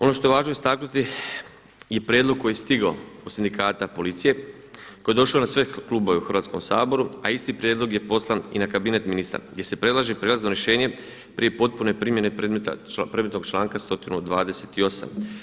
Ono što je važno istaknuti je prijedlog koji je stigao od sindikata policije, koji je došao na sve klubove u Hrvatskom saboru a isti prijedlog je poslan i na kabinet ministra gdje se predlaže prijelazno rješenje prije potpune primjene predmetnog članka 128.